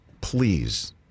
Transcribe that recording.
Please